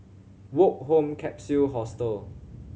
Woke Home Capsule Hostel